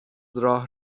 راه